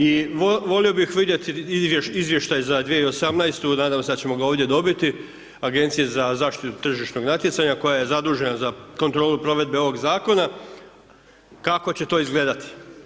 I volio bih vidjeti izvještaj za 2018., da, da evo sad ćemo ga ovdje dobiti, Agencije za zaštitu tržišnog natjecanja koja je zadužena za kontrolu provedbe ovog zakona kako će to izgledati.